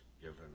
given